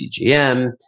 CGM